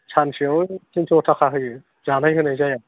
सानसेयाव तिनस' थाखा होयो जानाय होनाय जाया